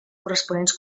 corresponents